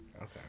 Okay